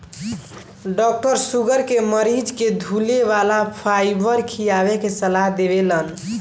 doctor sugar के मरीज के धुले वाला फाइबर खाए के सलाह देवेलन